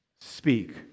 speak